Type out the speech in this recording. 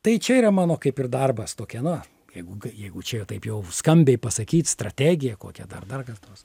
tai čia yra mano kaip ir darbas tokia na jeigu jeigu čia taip jau skambiai pasakyt strategija kokia dar dar kas nors